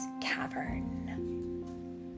Cavern